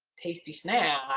tasty snack.